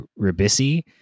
Ribisi